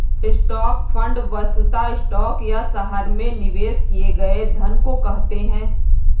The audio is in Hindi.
स्टॉक फंड वस्तुतः स्टॉक या शहर में निवेश किए गए धन को कहते हैं